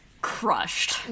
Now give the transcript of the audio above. crushed